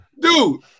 Dude